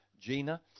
Gina